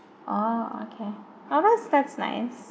oh okay oh that that’s nice